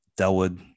Delwood